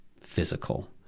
physical